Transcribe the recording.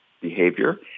behavior